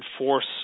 enforce